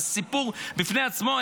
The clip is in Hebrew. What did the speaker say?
זה סיפור בפני עצמו,